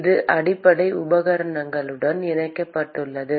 இது அடிப்படை உபகரணங்களுடன் இணைக்கப்பட்டுள்ளது